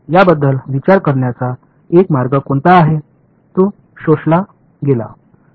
याबद्दल विचार करण्याचा एक मार्ग कोणता आहे तो शोषला गेला